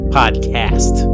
podcast